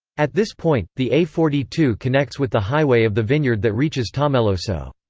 at this point, the a forty two connects with the highway of the vineyard that reaches tomelloso.